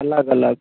अलग अलग